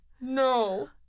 No